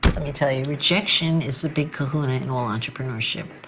let me tell you, rejection is the big kahuna in all entrepreneurship.